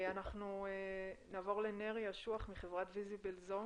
אנחנו נעבור לנרי אשוח מחברת Viziblezone.